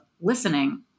listening